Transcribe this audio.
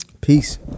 Peace